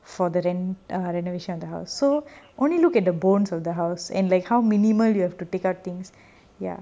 for the rent err renovation of the house so only look at the bones of the house and like how minimal you have to take out things ya